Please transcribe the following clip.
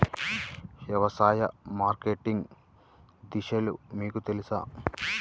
వ్యవసాయ మార్కెటింగ్ దశలు మీకు తెలుసా?